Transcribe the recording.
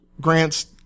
Grant's